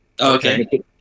Okay